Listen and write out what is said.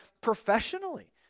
professionally